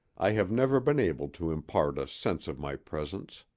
i have never been able to impart a sense of my presence.